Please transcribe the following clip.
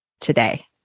today